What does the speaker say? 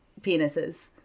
penises